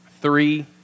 three